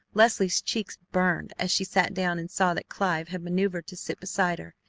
leslie's cheeks burned as she sat down and saw that clive had manoeuvred to sit beside her.